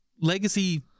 legacy